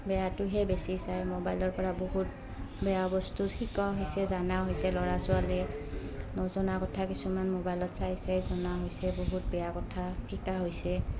বেয়াটোহে বেছি চায় মোবাইলৰ পৰা বহুত বেয়া বস্তু শিকোৱা হৈছে জানা হৈছে ল'ৰা ছোৱালীয়ে নজনা কথা কিছুমান মোবাইলত চাইছে জনা হৈছে বহুত বেয়া কথা শিকা হৈছে